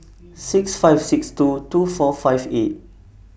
six five six two two four five eight